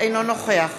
אינו נוכח